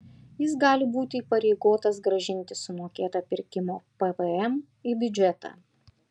jis gali būti įpareigotas grąžinti sumokėtą pirkimo pvm į biudžetą